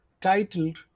titled